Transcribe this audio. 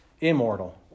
immortal